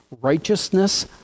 righteousness